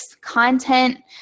content